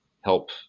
help